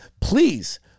please